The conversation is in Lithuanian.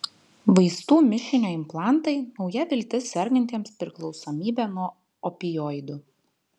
vaistų mišinio implantai nauja viltis sergantiems priklausomybe nuo opioidų